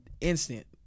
instant